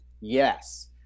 Yes